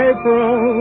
April